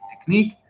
technique